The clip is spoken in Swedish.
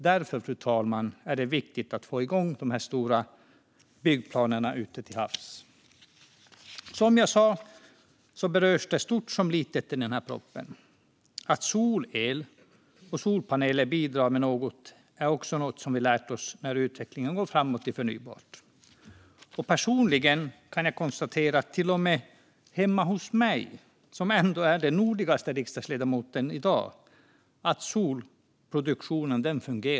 Därför, fru talman, är det viktigt att få igång de stora byggplanerna ute till havs. Som jag sa berörs både stort och smått i den här propositionen. Att solel och solpaneler bidrar med något är också något som vi lärt oss när utvecklingen gått framåt gällande förnybart. Personligen kan jag konstatera att solelsproduktion fungerar till och med hemma hos mig, jag som ändå är den nordligaste riksdagsledamoten i dag.